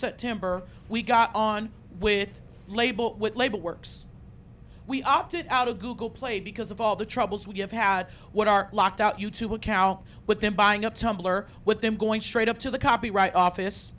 september we got on with label label works we opted out of google play because of all the troubles we have had what are locked out you to a cow with them buying up tumbler with them going straight up to the copyright office